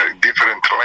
different